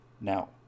now